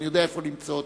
אני יודע איפה למצוא אותם,